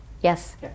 Yes